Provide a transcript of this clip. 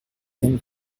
and